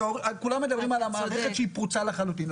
אז כולם מדברים על המערכת שהיא פרוצה לחלוטין.